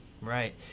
Right